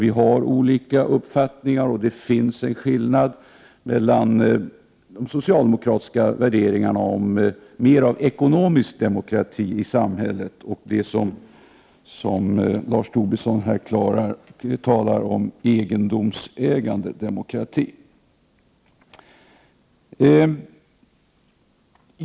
Vi har olika uppfattningar, och det finns en skillnad mellan de socialdemokratiska värderingarna, som mer går ut på ekonomisk demokrati i samhället, och det som Lars Tobisson talar om, egendomsägande demokrati.